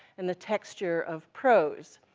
and the texture of prose.